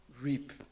Reap